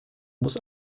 muss